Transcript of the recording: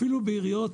אפילו בעיריות